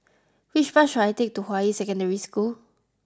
which bus should I take to Hua Yi Secondary School